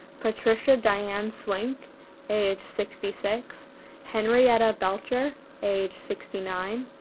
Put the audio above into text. patricia diane swink age sixty six henrietta belcher age sixty nine,